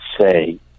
say